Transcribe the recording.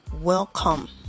welcome